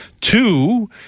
Two